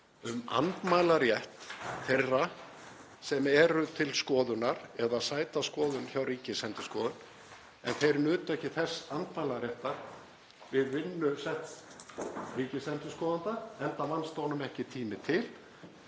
um andmælarétt þeirra sem eru til skoðunar eða sæta skoðun hjá Ríkisendurskoðun, en þeir nutu ekki þess andmælaréttar við vinnu setts ríkisendurskoðanda enda vannst honum ekki tími til